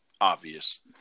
obvious